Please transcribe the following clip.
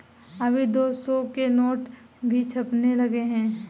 अभी दो सौ के नोट भी छपने लगे हैं